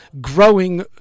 growing